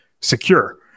secure